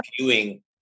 viewing